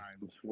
times